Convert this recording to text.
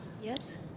Yes